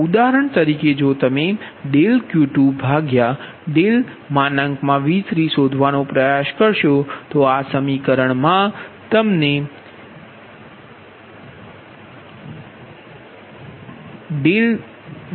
ઉદાહરણ તરીકે જો તમે Q2V3શોધવાનો પ્રયાસ કરશો તો આ સમીકરણ મા V2V1Y21sin⁡21 21 V22Y22sin⁡ V2V4Y24sin⁡24 24પદ મા કોઈ V3 વાડુ પદ નહી હોય